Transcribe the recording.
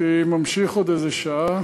הייתי ממשיך עוד איזה שעה.